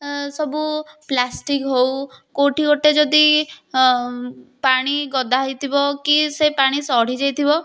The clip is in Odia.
ସବୁ ପ୍ଲାଷ୍ଟିକ୍ ହେଉ କେଉଁଠି ଗୋଟେ ଯଦି ପାଣି ଗଦା ହୋଇଥିବ କି ସେ ପାଣି ସଢ଼ି ଯାଇଥିବ